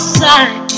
side